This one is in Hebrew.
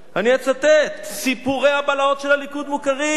אני אצטט: סיפורי הבלהות של הליכוד מוכרים.